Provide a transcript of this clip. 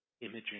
imaging